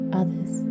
others